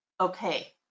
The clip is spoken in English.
okay